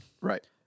Right